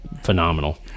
phenomenal